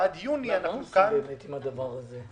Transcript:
ועד יוני אנחנו כאן --- מה באמת אנחנו עושים עם הדבר הזה?